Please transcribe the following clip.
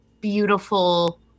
beautiful